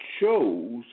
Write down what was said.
chose